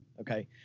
Okay